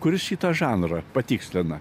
kuris šitą žanrą patikslina